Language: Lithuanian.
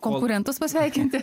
konkurentus pasveikinti